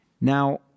Now